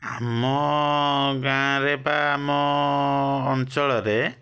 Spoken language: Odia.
ଆମ ଗାଁରେ ପା ଆମ ଅଞ୍ଚଳରେ